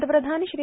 पंतप्रधान श्री